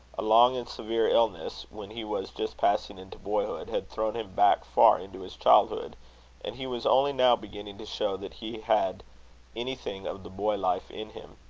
a long and severe illness, when he was just passing into boyhood, had thrown him back far into his childhood and he was only now beginning to show that he had anything of the boy-life in him.